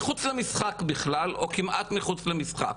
מחוץ למשחק בכלל או כמעט מחוץ למשחק.